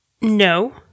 No